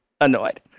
annoyed